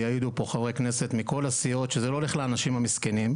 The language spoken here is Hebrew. יעידו פה חברי כנסת מכל הסיעות שזה לא הולך לאנשים המסכנים.